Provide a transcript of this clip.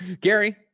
Gary